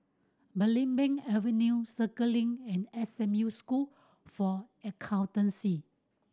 Belimbing Avenue Circuit Link and S M U School for Accountancy